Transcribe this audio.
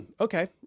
okay